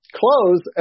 close